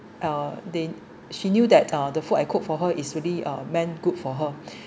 uh they she knew that uh the food I cook for her is really uh meant good for her